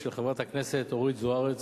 של חברת הכנסת אורית זוארץ,